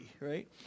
right